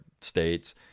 states